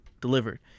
delivered